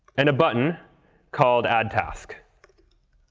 and a button called add task